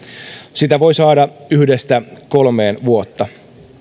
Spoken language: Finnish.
sitä voi saada yhdestä kolmeen vuotta